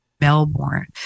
Melbourne